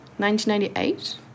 1998